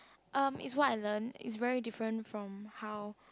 um is what I learn is very different from how